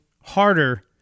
harder